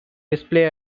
display